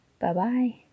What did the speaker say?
Bye-bye